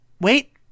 wait